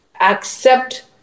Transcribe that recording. accept